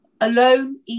alone